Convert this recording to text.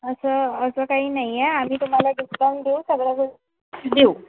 असं असं काही नाही आहे आम्ही तुम्हाला डिस्काउंट देऊ सगळ्या गोष्टी देऊ